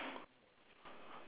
and the second one is